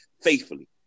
faithfully